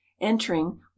entering